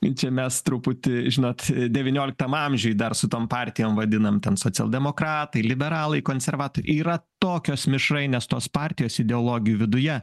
čia mes truputį žinot devynioliktam amžiuj dar su tom partijom vadinam ten socialdemokratai liberalai konservatoriai yra tokios mišrainės tos partijos ideologijų viduje